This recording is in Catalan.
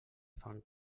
fan